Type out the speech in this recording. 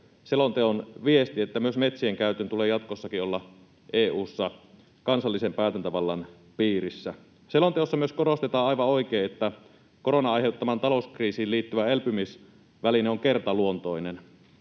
selonteon viesti, että myös metsien käytön tulee jatkossakin olla EU:ssa kansallisen päätäntävallan piirissä. Selonteossa myös korostetaan aivan oikein, että koronan aiheuttamaan talouskriisiin liittyvä elpymisväline on kertaluontoinen.